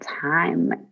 time